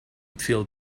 feel